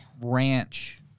ranch